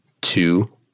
two